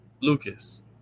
Lucas